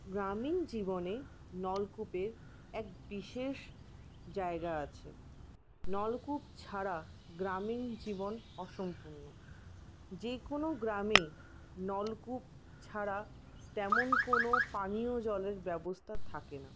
গ্রামীণ জীবনে নলকূপের এক বিশেষ জায়গা আছে নলকূপ ছাড়া গ্রামীণজীবন অসম্পূর্ণ যে কোনো গ্রামে নলকূপ ছাড়া তেমন কোনো পানীয় জলের ব্যবস্থা থাকে না